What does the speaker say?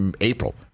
April